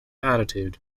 attitude